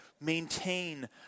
maintain